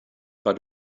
but